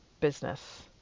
business